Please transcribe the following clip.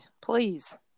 Please